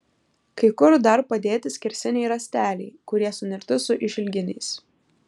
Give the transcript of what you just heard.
kai kur dar padėti skersiniai rąsteliai kurie sunerti su išilginiais